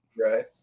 Right